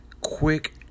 quick